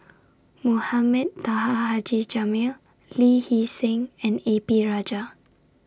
Mohamed Taha Haji Jamil Lee Hee Seng and A P Rajah